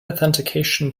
authentication